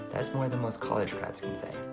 that's more than most college grads can say.